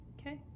okay